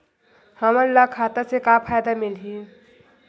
हमन ला खाता से का का फ़ायदा मिलही?